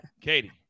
Katie